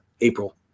April